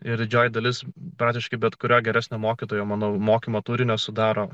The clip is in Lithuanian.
ir didžioji dalis praktiškai bet kurio geresnio mokytojo mano mokymo turinio sudaro